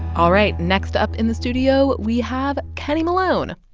all right. next up in the studio, we have kenny malone